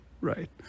Right